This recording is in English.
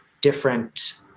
different